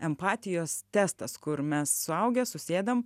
empatijos testas kur mes suaugę susėdam